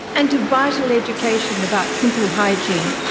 and to but and education about simple hygiene.